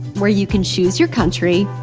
where you can choose your country